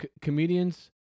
comedians